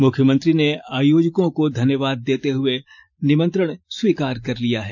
मुख्यमंत्री ने आयोजकों को धन्यवाद देते हुए निमंत्रण स्वीकार कर लिया है